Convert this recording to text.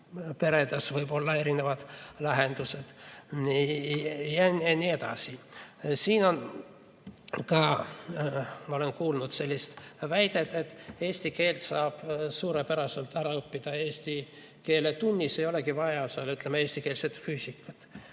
peredes võib-olla erinevad lahendused jne. Siin ma olen kuulnud sellist väidet, et eesti keelt saab suurepäraselt ära õppida eesti keele tunnis ja ei olegi vaja näiteks eestikeelset füüsikat.